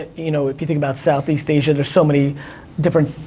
ah you know, if you think about southeast asia, there's so many different,